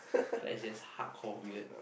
Claire's just hardcore weird